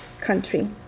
country